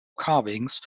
carvings